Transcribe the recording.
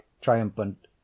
triumphant